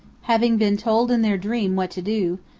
having been told in their dream what to do,